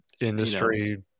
industry